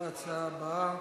מזל יש לכם.